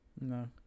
no